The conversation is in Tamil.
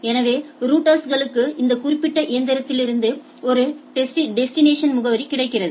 எனவே ரௌட்டர்ஸ்களுக்கு இந்த குறிப்பிட்ட இயந்திரத்திலிருந்து ஒரு டெஸ்டினேஷன் முகவரி கிடைக்கிறது